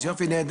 אז יופי, נהדר.